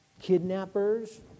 kidnappers